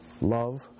love